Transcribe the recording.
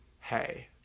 hey